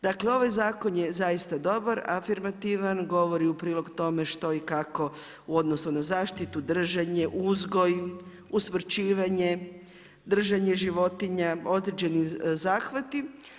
Dakle ovaj zakon je zaista dobra, afirmativan, govori u prilog tome što i kako u odnosu na zaštitu, držanje, uzgoj, usmrćivanje, držanje životinja, određeni zahvati.